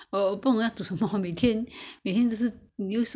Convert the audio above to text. maybe some soup or what !huh! 煮汤要吗